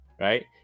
right